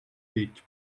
fetg